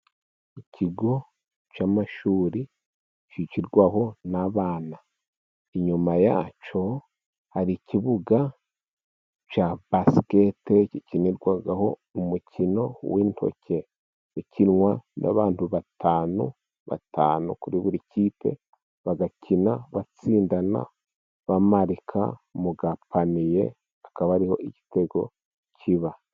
Ikigo cy'amashuri kigirwaho n'abana, inyuma yacyo hari ikibuga cya basikete bolo gikinirwaho umukino w'intoke, ukinwa n'abantu batanu. Batanu kuri buri kipe, bagakina batsindana bamarika mu gapaniye akaba ariho igitego kiba.